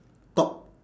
top